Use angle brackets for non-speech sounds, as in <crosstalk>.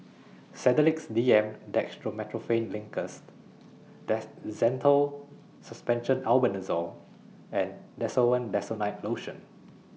Sedilix D M Dextromethorphan Linctus <unintelligible> Zental Suspension Albendazole and Desowen Desonide Lotion